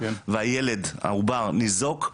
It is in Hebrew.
והעובר ניזוק,